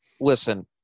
listen